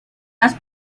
las